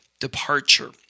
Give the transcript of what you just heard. departure